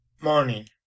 morning